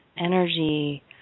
energy